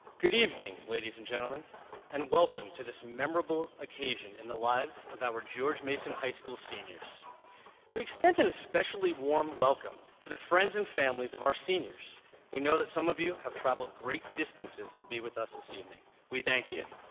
good evening ladies and gentlemen and welcome to this memorable occasion in the lives of our george mason high school seniors we extend an especially warm welcome to the friends and families of our seniors we know that some of you have traveled great distances to be with us this evening, we thank you.